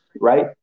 right